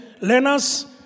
learners